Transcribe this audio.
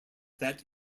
that